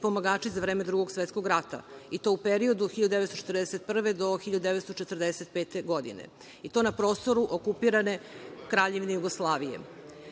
i pomagači za vreme Drugog svetskog rata i to u periodu od 1941. do 1945. godine i to na prostoru okupirane Kraljevine Jugoslavije. Pored